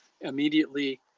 immediately